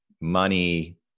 Money